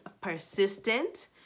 persistent